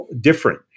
different